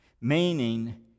Meaning